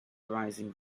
rising